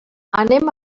anem